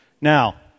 Now